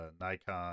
nikon